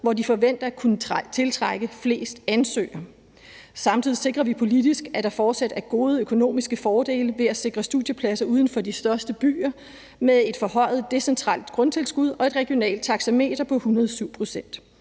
hvor de forventer at kunne tiltrække flest ansøgere. Samtidig sikrer vi politisk, at der fortsat er gode økonomiske fordele ved at sikre studiepladser uden for de største byer med et forhøjet decentralt grundtilskud og et regionalt taxameter på 107 pct.